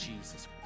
Jesus